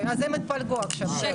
אז הם התפלגו עכשיו.